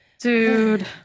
dude